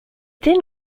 then